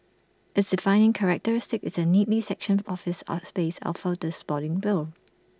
its defining characteristic is the neatly sectioned office space the